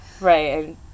right